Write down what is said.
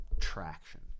traction